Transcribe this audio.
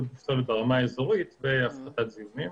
בפסולת ברמה האזורית והפחתת זיהומים.